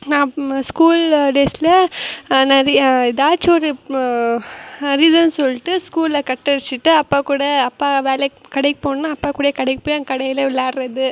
நான் ம ஸ்கூல் டேஸில் நெறைய ஏதாச்சும் ஒரு ரீசன் சொல்லிட்டு ஸ்கூலை கட் அடிச்சுட்டு அப்பா கூட அப்பா வேலைக்கு கடைக்கு போனாங்கனால் அப்பா கூடயே கடைக்கு போய் அங்கே கடையில் விளாடுறது